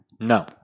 No